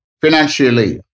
financially